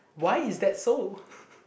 why is that so